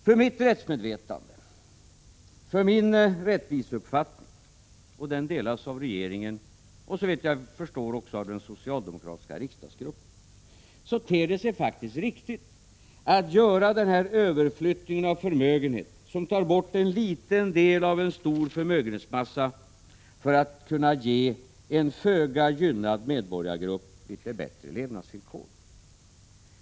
För mitt rättsmedvetande och min rättviseuppfattning — som delas av regeringen och såvitt jag förstår också av den socialdemokratiska riksdagsgruppen — ter det sig faktiskt riktigt att göra denna överflyttning av förmögenheter, som tar bort en liten del av en stor förmögenhetsmassa för att kunna ge en föga gynnad medborgargrupp litet bättre levnadsvillkor.